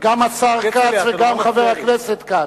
גם השר כץ וגם חבר הכנסת כץ,